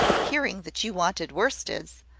hearing that you wanted worsteds.